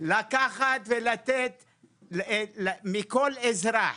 לקחת מכל אזרח